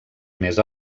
més